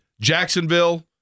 Jacksonville